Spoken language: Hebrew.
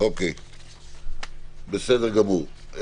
בסדר גמור.